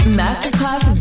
masterclass